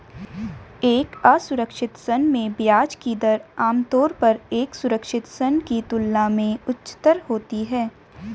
एक असुरक्षित ऋण में ब्याज की दर आमतौर पर एक सुरक्षित ऋण की तुलना में उच्चतर होती है?